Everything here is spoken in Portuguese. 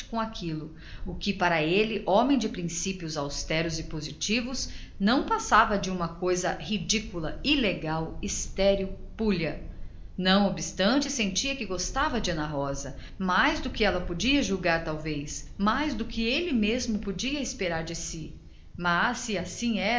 desatou a chorar mais forte ainda desorientada apaixonadamente raimundo perdeu de todo a esperança de acabar com aquilo de um modo conveniente não obstante sentia que gostava bastante de ana rosa mais do que ela podia julgar talvez mais do que ele mesmo podia esperar de si mas se assim